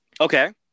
okay